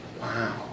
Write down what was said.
Wow